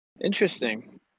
Interesting